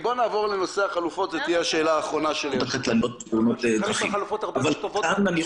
כמובן שמאז לשמחת כולנו זה השתנה.